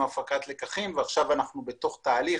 הפקת לקחים ועכשיו אנחנו בתוך תהליך,